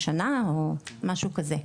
שנה או משהו כזה.